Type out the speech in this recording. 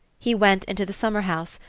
he went into the summer-house,